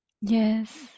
Yes